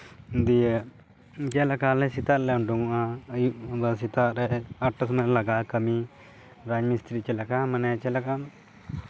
ᱫᱤᱭᱮ ᱡᱮᱞᱮᱠᱟ ᱟᱞᱮ ᱥᱮᱛᱟᱜ ᱨᱮᱞᱮ ᱩᱰᱩᱠᱚᱜᱼᱟ ᱟᱹᱭᱩᱵ ᱟᱵᱟᱨ ᱥᱮᱛᱟᱜ ᱨᱮ ᱟᱴ ᱴᱟ ᱥᱚᱢᱚᱭ ᱞᱟᱜᱟᱜᱼᱟ ᱠᱟᱹᱢᱤ ᱨᱟᱡᱽ ᱢᱤᱥᱛᱤᱨᱤ ᱪᱮᱫ ᱞᱮᱠᱟ ᱢᱟᱱᱮ ᱪᱮᱫ ᱞᱮᱠᱟ